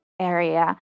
area